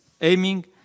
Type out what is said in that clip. aiming